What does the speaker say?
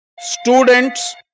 Students